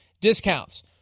discounts